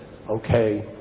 Okay